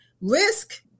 Risk